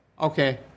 Okay